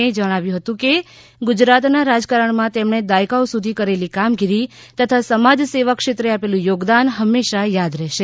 તેમણે જણાવ્યું કે ગુજરાતના રાજકારણમાં તેમણે દાયકાઓ સુધી કરેલી કામગીરી તથા સમાજસેવા ક્ષેત્રે આપેલુ યોગદાન હંમેશા યાદ રહેશે